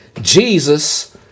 Jesus